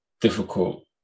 difficult